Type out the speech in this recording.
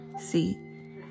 See